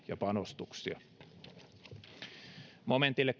ja panostuksia momentille